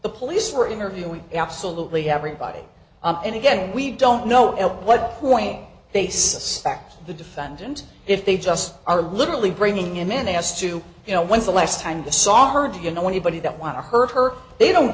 the police were interviewing we absolutely have a body and again we don't know what point they suspect the defendant if they just are literally bringing him in as to you know when's the last time the saw heard you know anybody that want to hurt her they don't